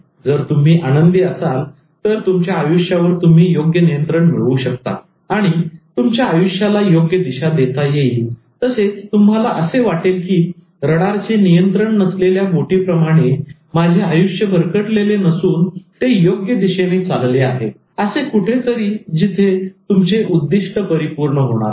जर तुम्ही आनंदी असाल तर तुमच्या आयुष्यावर तुम्ही योग्य नियंत्रण मिळवू शकता आणि तुमच्या आयुष्याला योग्य दिशा देता येईल तसेच तुम्हाला असे वाटेल की रडारचे नियंत्रण नसलेल्या बोटीप्रमाणे माझे आयुष्य भरकटलेले नसून ते योग्य दिशेने चालले आहे असे कुठेतरी जिथे तुमचे उद्दिष्ट परिपूर्ण होणार आहे